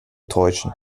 täuschen